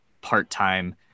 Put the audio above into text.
part-time